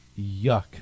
Yuck